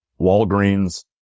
Walgreens